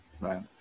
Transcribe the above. Right